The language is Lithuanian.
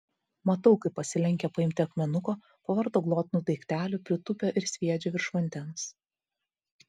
matau kaip pasilenkia paimti akmenuko pavarto glotnų daiktelį pritūpia ir sviedžia virš vandens